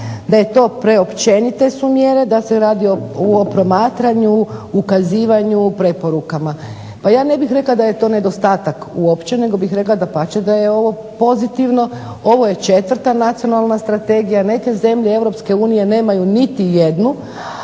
da su to preopćenite mjere, da se radi o promatranju, ukazivanju, o preporukama. Pa ja ne bih rekla da je to nedostatak uopće nego bih rekla dapače da je ovo pozitivno. Ovo je 4. nacionalna strategija, neke zemlje EU nemaju niti jednu,